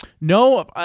No